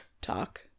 talk